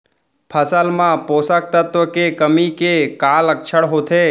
फसल मा पोसक तत्व के कमी के का लक्षण होथे?